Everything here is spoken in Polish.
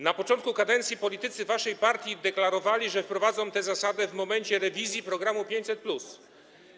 Na początku kadencji politycy waszej partii deklarowali, że wprowadzą tę zasadę w momencie rewizji programu 500+.